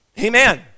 Amen